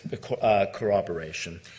corroboration